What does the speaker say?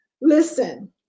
Listen